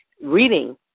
reading